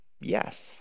yes